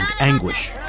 anguish